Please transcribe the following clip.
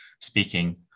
speaking